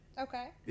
Okay